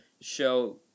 show